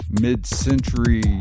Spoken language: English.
mid-century